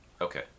Okay